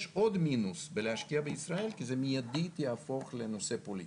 יש עוד מינוס בלהשקיע בישראל כי זה מידית יהפוך לנושא פוליטי.